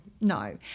No